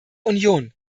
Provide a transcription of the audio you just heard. union